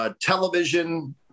Television